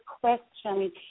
question –